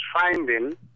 finding